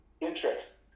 interest